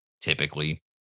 Typically